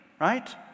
right